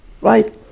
right